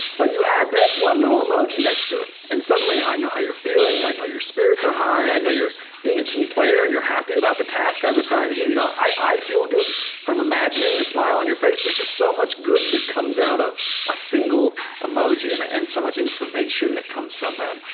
but you add that one little emoji next to it, and suddenly i know how you're feeling. i know your spirits are high. i know you're being a team player and you're happy about the task i've assigned you. you know i i feel good from imagining the smile on your face. there's just so much good that comes out of a single emoji and and so much information that comes from that.